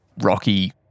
rocky